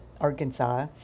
Arkansas